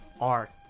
art